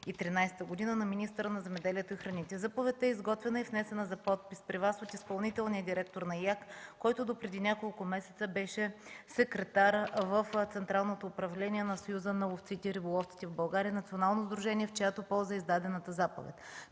2013 г. на министъра на земеделието и храните. Заповедта е изготвена и внесена за подпис при Вас от изпълнителния директор на Изпълнителна агенция по горите, който допреди няколко месена беше секретар в Централното управление на Съюза на ловците и риболовците в България – национално сдружение, в чиято полза е издадената заповед.